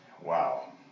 Wow